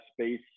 space